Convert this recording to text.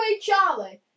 Charlie